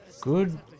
Good